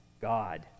God